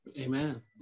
Amen